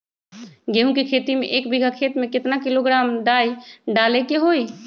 गेहूं के खेती में एक बीघा खेत में केतना किलोग्राम डाई डाले के होई?